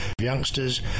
youngsters